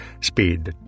speed